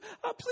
Please